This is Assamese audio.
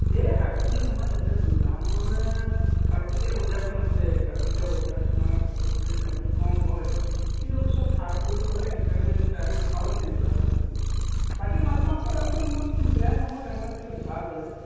এই শাক পাচলি আমাৰ ইয়াতে দাম মানে খাৰুপেটীয়া বজাৰখন আছে খাৰুপেটীয়া বজাৰত তোমাৰ শাক পাচলিৰ দামটো কম হয় কিন্ত আকৌ চব সাৰ প্ৰয়োগ কৰে সেইকাৰণে আমি তাৰ নাখাওঁৱেই তেনেকুৱা শাক পাচলি বাকী মাছ মাংস দামটো ইমান বেয়া নহয় আমাৰ এইফালে ভাল বাৰু